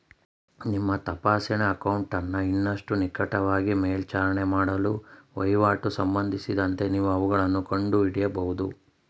ನಿಮ್ಮ ತಪಾಸಣೆ ಅಕೌಂಟನ್ನ ಇನ್ನಷ್ಟು ನಿಕಟವಾಗಿ ಮೇಲ್ವಿಚಾರಣೆ ಮಾಡಲು ವಹಿವಾಟು ಸಂಬಂಧಿಸಿದಂತೆ ನೀವು ಅವುಗಳನ್ನ ಕಂಡುಹಿಡಿಯಬಹುದು